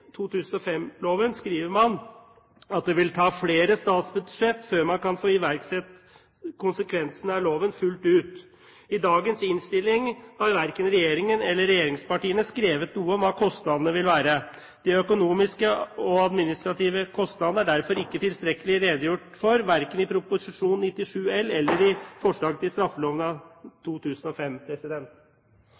2005-loven skriver man at det vil ta flere statsbudsjett før man kan få iverksatt konsekvensene av loven fullt ut. I forbindelse med dagens innstilling har verken regjeringen eller regjeringspartiene skrevet noe om hva kostnadene vil være. De økonomiske og administrative kostnadene er det derfor ikke tilstrekkelig redegjort for verken i Prop. 97 L eller i forslaget til straffeloven av 2005.